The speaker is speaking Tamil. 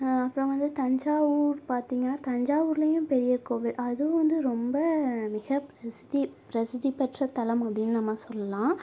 அப்புறம் வந்து தஞ்சாவூர் பார்த்திங்கனா தஞ்சாவூர்லேயும் பெரிய கோவில் அதுவும் வந்து ரொம்ப மிகப் பிரசித்தி பிரசித்தி பெற்ற தலம் அப்படின்னு நம்ம சொல்லலாம்